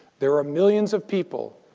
there are millions of people,